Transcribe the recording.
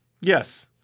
Yes